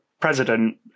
president